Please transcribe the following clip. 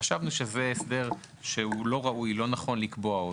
חשבנו שזה הסדר שהוא לא ראוי ולא נכון לקבוע אותו,